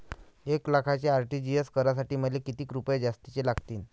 एक लाखाचे आर.टी.जी.एस करासाठी मले कितीक रुपये जास्तीचे लागतीनं?